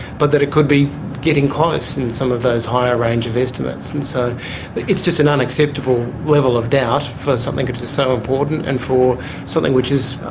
but that it could be getting close in some of those higher range of estimates. and so it's just an unacceptable level of doubt for something that is so important and for something which is,